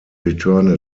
return